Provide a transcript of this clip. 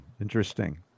Interesting